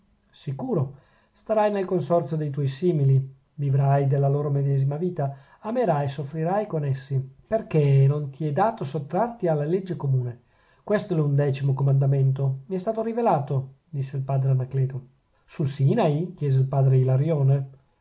sicuro starai nel consorzio de tuoi simili vivrai della loro medesima vita amerai e soffrirai con essi perchè non ti è dato sottrarti alle legge comune questo è l'undecimo comandamento mi è stato rivelato disse il padre anacleto sul sinai chiese il padre ilarione